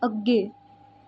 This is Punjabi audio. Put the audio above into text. ਅੱਗੇ